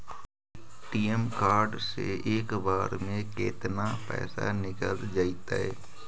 ATM card से एक बार में केतना पैसा निकल जइतै?